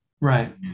Right